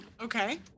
okay